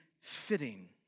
fitting